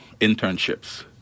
internships